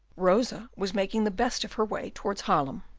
rosa was making the best of her way towards haarlem.